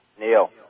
Neil